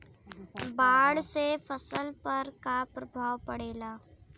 बाढ़ से फसल पर क्या प्रभाव पड़ेला?